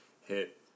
hit